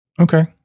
Okay